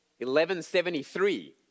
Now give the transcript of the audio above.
1173